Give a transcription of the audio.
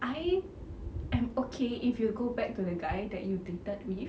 I am okay if you go back to the guy that you dated with